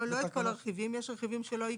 לא, לא את כל הסעיפים, יש רכיבים שלא ייכנסו.